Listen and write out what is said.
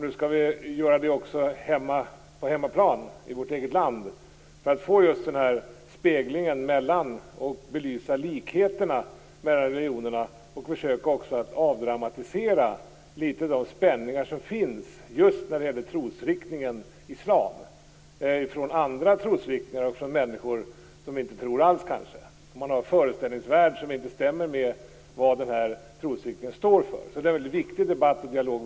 Nu skall vi göra det också i vårt eget land för att få just den här speglingen och belysa likheterna mellan religionerna. Det handlar också om att försöka avdramatisera en del av de spänningar som finns när det gäller trosriktningen islam i förhållande till andra trosriktningar och till människor som kanske inte tror alls. Man kanske har en föreställningsvärld som inte stämmer med vad den här trosriktningen står för. Det är en väldigt viktig debatt och dialog.